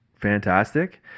fantastic